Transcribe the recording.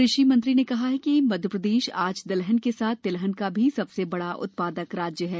कृषि मंत्री ने कहा कि मध्यप्रदेश आज दलहन के साथ तिलहन में भी सबसे बड़ा उत्पादक राज्य है